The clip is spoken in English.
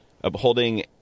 upholding